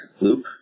loop